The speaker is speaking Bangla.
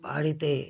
বাড়িতে